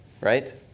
right